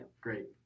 great